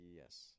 Yes